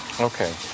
Okay